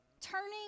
Turning